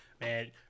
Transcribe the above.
Man